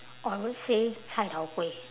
or I would say cai tao kway